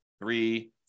three